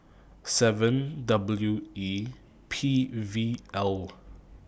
seven W E P V L